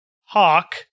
Hawk